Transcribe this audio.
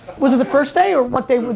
was it the first day or what day?